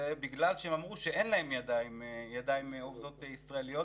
זה בגלל שהם אמרו שאין להם ידיים עובדות ישראליות